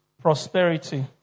Prosperity